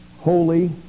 holy